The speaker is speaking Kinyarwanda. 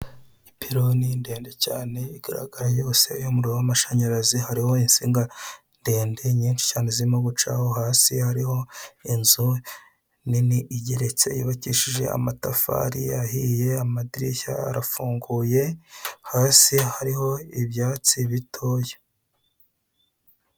Ipironi ndende cyane igaragara yose yumuriro wamashanyarazi hariho insinga ndende nyinshi cyane zirimo gucaho hasi hariho inzu nini igeretse yubakishije amatafari ahiye amadirishya arafunguye hasi hariho ibyatsi bitoya.